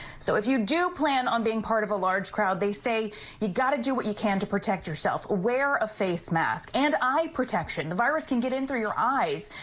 so if you do plan on being part of a large crowd, they say you got to do what you can to protect yourself. wear a face mask and eye protection. the virus can get in through your eyes.